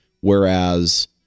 Whereas